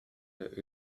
der